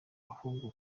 ahubwo